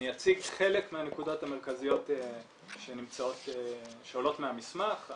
אני אציג חלק מהנקודות המרכזיות שעולות מהמסמך.